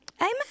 amen